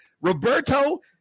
Roberto